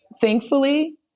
thankfully